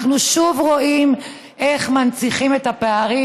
אנחנו שוב רואים איך מנציחים את הפערים.